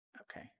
Okay